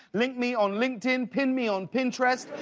link me on linked in. pin me on pinterest.